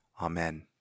Amen